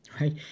right